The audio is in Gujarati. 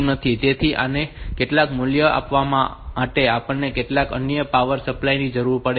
તેથી આને કેટલાક મૂલ્યો આપવા માટે આપણને કેટલાક અન્ય પાવર સપ્લાય ની જરૂર પડે છે